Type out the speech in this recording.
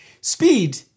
speed